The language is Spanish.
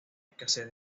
escasez